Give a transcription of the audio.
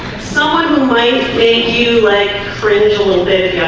so and might make you like fringe a little bit in